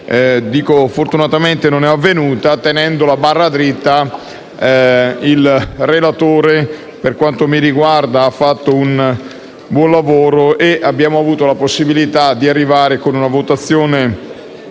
che fortunatamente non è avvenuta. Tenendo la barra dritta, il relatore, per quanto mi riguarda, ha fatto un buon lavoro e siamo potuti arrivare a una votazione